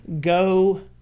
go